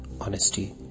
honesty